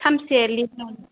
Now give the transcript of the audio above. सानबेसे लिभ लादों